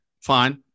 fine